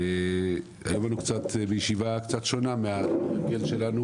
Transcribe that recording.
אנחנו היום בישיבה קצת שונה מהישיבות שלנו.